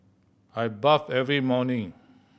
I bathe every morning